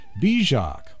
Bijak